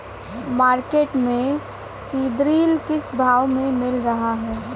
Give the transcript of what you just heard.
Market में सीद्रिल किस भाव में मिल रहा है?